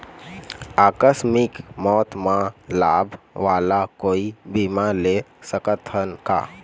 आकस मिक मौत म लाभ वाला कोई बीमा ले सकथन का?